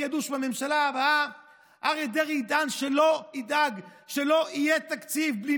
כי ידעו שבממשלה הבאה אריה דרעי ידאג שלא יהיה תקציב בלי